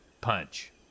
Punch